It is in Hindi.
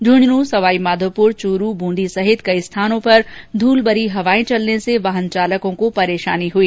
झूंझुनू सवाईमाघोपुर चूरू बूंदी सहित कई स्थानों पर धूलभरी हवाएं चलने से वाहन चालकों को परेशानी हुई